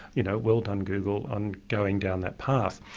you know, well done google on going down that path.